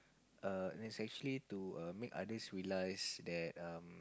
err is actually to err make others realise that um